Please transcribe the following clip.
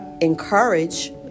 encourage